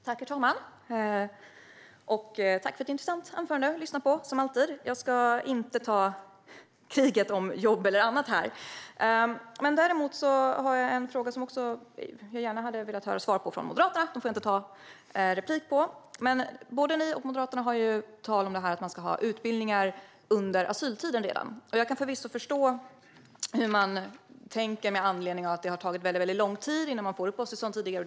Herr talman! Jag tackar för anförandet - det var som alltid intressant att lyssna, Fredrik Christensson. Jag ska inte "ta kriget" om jobb eller annat. Däremot har jag en fråga. Jag skulle också gärna ha velat få svar på den från Moderaterna, men dem får jag inte ta replik på. Frågan föranleds av att både ni i Centerpartiet och Moderaterna har talat om att man ska ha utbildningar redan under asyltiden. Jag kan förvisso förstå hur ni tänker - det har tidigare tagit väldigt lång tid innan man fått uppehållstillstånd.